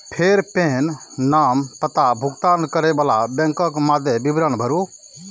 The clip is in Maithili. फेर पेन, नाम, पता, भुगतान करै बला बैंकक मादे विवरण भरू